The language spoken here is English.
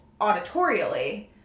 auditorially